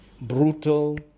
brutal